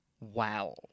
Wow